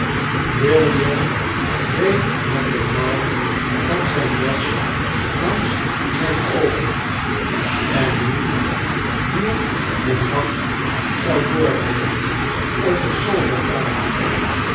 william wreef met de mouw vain zijne jas langs zijne oogen en nu hier den nacht zou doorbrengen op het